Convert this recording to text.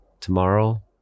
tomorrow